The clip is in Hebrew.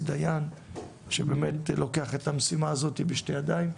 דיין שלוקח את המשימה הזאת בשתי ידיים,